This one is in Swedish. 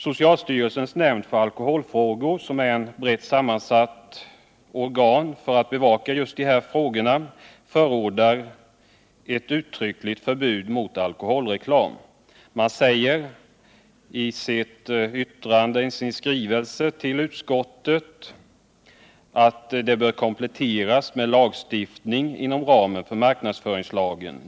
Socialstyrelsens nämnd för alkoholfrågor som är ett brett sammansatt organ för att bevaka just dessa frågor förordar ett uttryckligt förbud mot alkoholreklam. Man säger i sin skrivelse till utskottet att förbudet bör kompletteras med lagstiftning inom ramen för marknadsföringslagen.